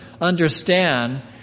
understand